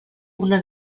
una